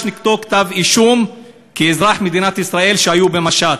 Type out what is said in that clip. נגדו כתב-אישום כאזרח מדינת ישראל שהיה במשט.